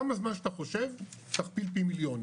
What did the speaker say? כמה זמן שאתה חושב תכפיל פי מיליון,